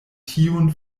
tiun